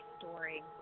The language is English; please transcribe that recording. story